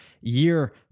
year